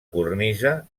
cornisa